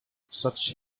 such